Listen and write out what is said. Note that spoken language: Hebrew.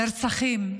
נרצחים,